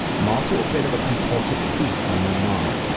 i'm also a bit of a compulsive thief from my mom,